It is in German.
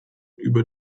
über